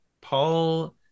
Paul